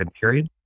period